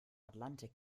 atlantik